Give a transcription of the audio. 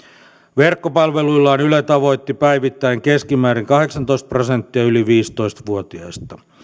verkkopalveluillaan yle tavoitti päivittäin keskimäärin kahdeksantoista prosenttia yli viisitoista vuotiaista